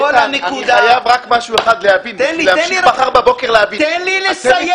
אני חייב רק משהו אחד להבין בשביל להמשיך מחר בבוקר --- תן לי לסיים.